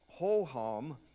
Hoham